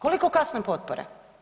Koliko kasne potpore?